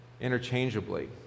interchangeably